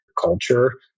culture